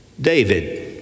David